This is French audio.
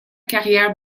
carrière